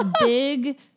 big